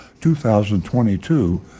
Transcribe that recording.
2022